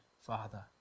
Father